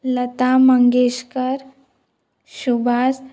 Lata Mangeshkar Subhash